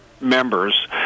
members